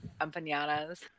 empanadas